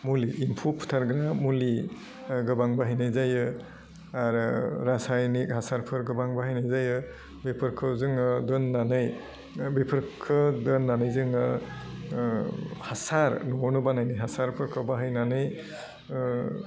मुलि इम्फु फुथारग्रा मुलि गोबां बाहायनाय जायो आरो रासायनिक हासारफोर गोबां बाहायनाय जायो बेफोरखौ जोङो दोननानै बेफोरखो दोननानै जोङो हासार न'वावनो बानायनाय हासारफोरखौ बाहायनानै